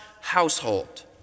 household